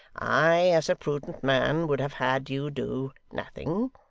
i, as a prudent man, would have had you do nothing.